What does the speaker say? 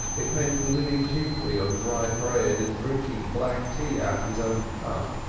it meant living chiefly on dry bread and drinking black tea out of his own cup,